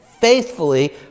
faithfully